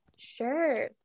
Sure